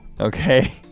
Okay